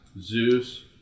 Zeus